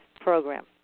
program